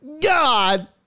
God